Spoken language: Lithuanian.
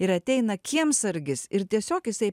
ir ateina kiemsargis ir tiesiog jisai